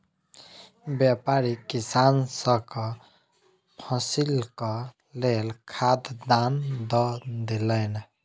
व्यापारी किसानक फसीलक लेल खाद दान दअ देलैन